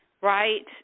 right